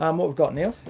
um we got, neil?